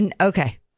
okay